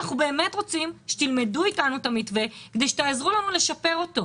אנחנו באמת רוצים שתלמדו אתנו את המתווה כדי שתעזרו לנו לשפר אותו.